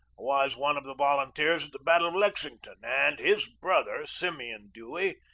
was one of the volunteers at the battle of lexington, and his brother, simeon dewey,